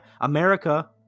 America